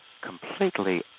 completely